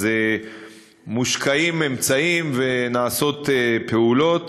אז מושקעים אמצעים ונעשות פעולות